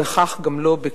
וכך גם לא,